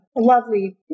lovely